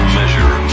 measure